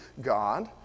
God